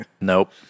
Nope